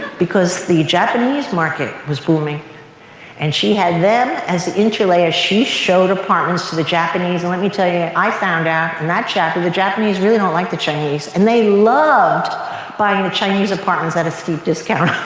because the japanese market was booming and she had them as the inter layer. she showed apartments to the japanese and let me tell you, i found out in that chapter the japanese really don't like the chinese and they loved buying the chinese apartments at a steep discount